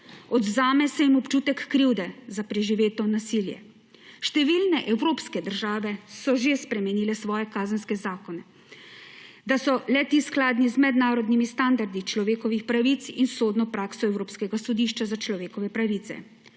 Odvzame se jim občutek krivde za preživeto nasilje. Številne evropske države so že spremenile svoje kazenske zakone, da so le ti skladni z mednarodnimi standardi človekovih pravic in sodno prakso Evropskega sodišča za človekove pravice.